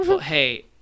Hey